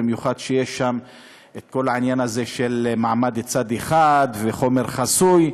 במיוחד כשיש שם את כל העניין הזה של מעמד צד אחד וחומר חסוי.